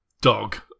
dog